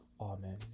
Amen